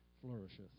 flourisheth